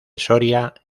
soria